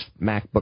MacBook